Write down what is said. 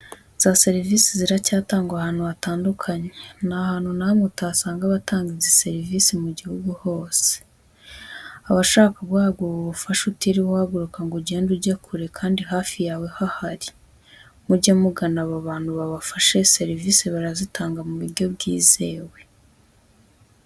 Za serivise ziracyatangwa ahantu hatandukanye nta hantu na hamwe utasanga abatanga izi serivise mu gihugu hose. Abashaka guhabwa ubu bufasha utiriwe uhaguruka ngo ugende ujye kure kandi hafi yawe hahari. Mujye mugana aba bantu babafashe serivise barazitanga mu buryo bwizewe.